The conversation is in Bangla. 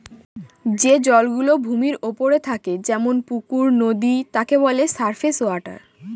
যে জল গুলো ভূমির ওপরে থাকে যেমন পুকুর, নদী তাকে বলে সারফেস ওয়াটার